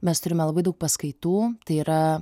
mes turime labai daug paskaitų tai yra